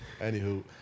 Anywho